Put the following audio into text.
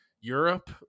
Europe